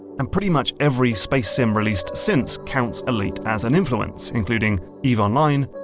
and pretty much every space-sim released since counts elite as an influence, including eve online,